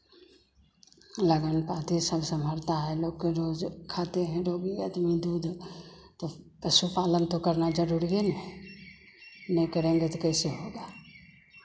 लगन पाती सब संभालता है लोग के रोज़ खाते हैं लोग दूध तो पशु पालन तो करना जरूरिए ना है नहीं करेंगे तो कैसे होगा